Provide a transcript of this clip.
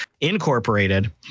Incorporated